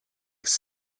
ist